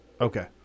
Okay